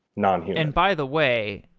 non-human by the way,